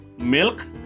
Milk